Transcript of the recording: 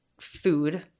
food